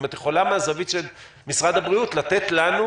האם את יכולה מהזווית של משרד הבריאות לתת לנו,